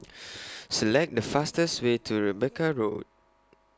Select The fastest Way to Rebecca Road